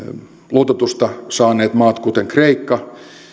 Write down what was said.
luototusta saaneilla mailla kuten